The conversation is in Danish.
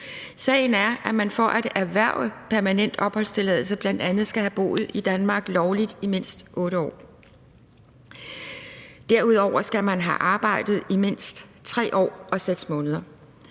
Sagen er, at man for at erhverve permanent opholdstilladelse bl.a. skal have boet i Danmark lovligt i mindst 8 år. Derudover skal man have arbejdet i mindst 3 år og 6 måneder.